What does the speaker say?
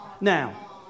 Now